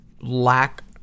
lack